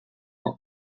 were